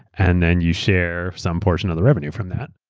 and then, you share some portion of the revenue from that.